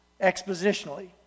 expositionally